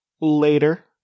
Later